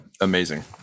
amazing